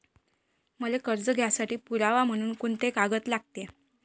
मले कर्ज घ्यासाठी पुरावा म्हनून कुंते कागद लागते?